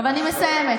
לא, אבל לא הגעתי לזה,